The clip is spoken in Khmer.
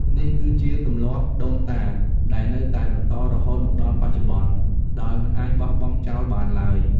នេះគឺជាទម្លាប់ដូនតា ដែលនៅតែបន្តរហូតមកដល់បច្ចុប្បន្ន ដោយមិនអាចបោះបង់ចោលបានឡើយ។